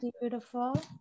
beautiful